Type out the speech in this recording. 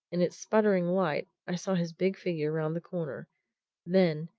in its spluttering light i saw his big figure round the corner then,